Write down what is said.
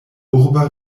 urba